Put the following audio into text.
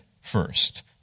first